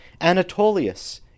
Anatolius